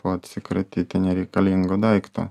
o atsikratyti nereikalingo daikto